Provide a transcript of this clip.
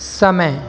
समय